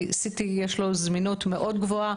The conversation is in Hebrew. כי ל-CT יש זמינות גבוהה מאוד,